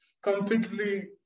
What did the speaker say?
completely